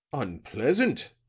unpleasant,